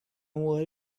word